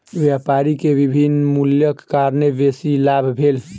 व्यापारी के विभिन्न मूल्यक कारणेँ बेसी लाभ भेल